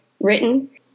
written